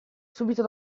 subito